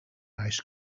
ice